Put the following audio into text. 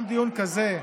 גם דיון כזה,